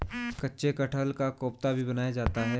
कच्चे कटहल का कोफ्ता भी बनाया जाता है